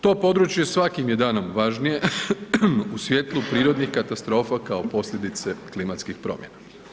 To područje svakim je danom važnije, u svjetlu prirodnih katastrofa kao posljedice klimatskih promjena.